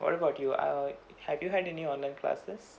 what about you err have you had any online classes